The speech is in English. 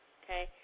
okay